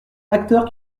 acteurs